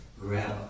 grab